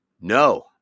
no